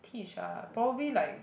teach ah probably like